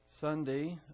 Sunday